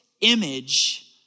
image